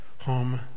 home